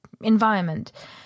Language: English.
environment